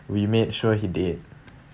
we made sure he did